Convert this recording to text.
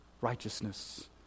righteousness